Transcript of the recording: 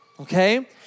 okay